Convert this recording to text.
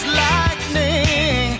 lightning